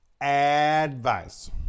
Advice